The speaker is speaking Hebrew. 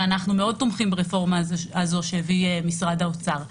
ואנחנו מאוד תומכים ברפורמה שמשרד האוצר הביא.